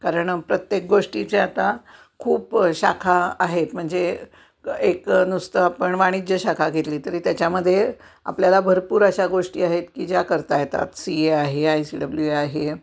कारण प्रत्येक गोष्टीची आता खूप शाखा आहेत म्हणजे एक नुसतं आपण वाणिज्य शाखा घेतली तरी त्याच्यामध्ये आपल्याला भरपूर अशा गोष्टी आहेत की ज्या करता येतात सी ए आहे आय सी डब्ल्यू आहे